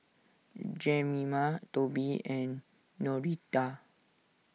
Jemima Toby and Noretta